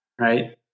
right